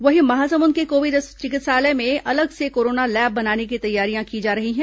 वहीं महासमुंद के कोविड चिकित्सालय में अलग से कोरोना लैब बनाने की तैयारियां की जा रही हैं